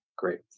Great